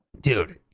Dude